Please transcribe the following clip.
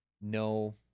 no